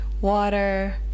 water